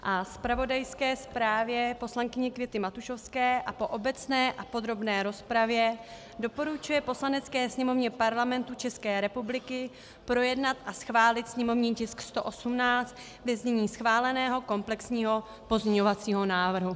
a zpravodajské zprávě poslankyně Květy Matušovské, a po obecné a podrobné rozpravě doporučuje Poslanecké sněmovně Parlamentu České republiky projednat a schválit sněmovní tisk 118 ve znění schváleného komplexního pozměňovacího návrhu.